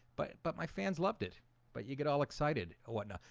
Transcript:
but but my fans loved it but you get all excited oh what? no,